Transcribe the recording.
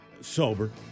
sober